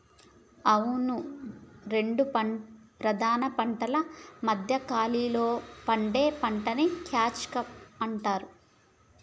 అవును రెండు ప్రధాన పంటల మధ్య ఖాళీలో పండే పంటని క్యాచ్ క్రాప్ అంటారు